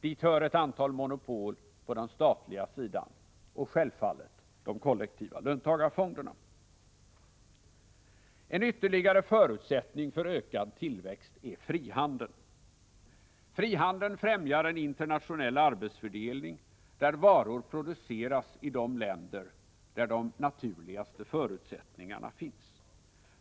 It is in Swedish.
Dit hör ett antal monopol inom den offentliga sektorn och självfallet de kollektiva löntagarfonderna. En ytterligare förutsättning för ökad tillväxt är frihandeln. Frihandeln främjar en internationell arbetsfördelning, där varor produceras i de länder där de naturligaste förutsättningarna finns.